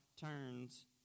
turns